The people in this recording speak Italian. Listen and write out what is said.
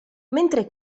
mentre